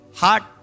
heart